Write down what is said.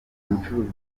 mucuruzi